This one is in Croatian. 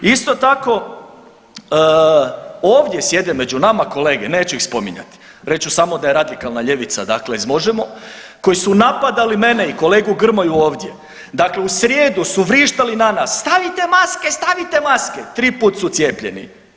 Isto tako, ovdje sjede među nama kolege, neću ih spominjati, reći ću samo da je radikalna ljevica, dakle iz Možemo! koji su napadali mene i kolegu Grmoju ovdje, dakle u srijedu su vrištali na nas, stavite maske, stavite maske, 3 puta su cijepljeni.